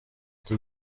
iki